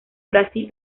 brasil